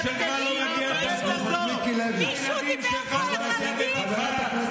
תוריד את המסכה.